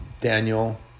Daniel